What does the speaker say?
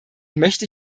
möchte